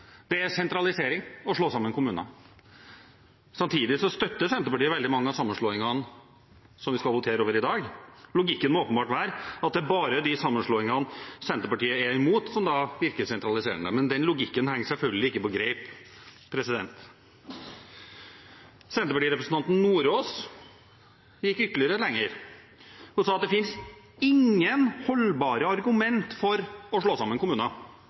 Det er sentralisering å slå sammen kommuner. Samtidig støtter Senterpartiet veldig mange av sammenslåingene som vi skal votere over i dag. Logikken må åpenbart være at det er bare de sammenslåingene Senterpartiet er imot som virker sentraliserende, men den logikken henger selvfølgelig ikke på greip. Senterpartirepresentanten Nordås gikk ytterligere lenger og sa at det finnes ingen holdbare argument for å slå sammen kommuner.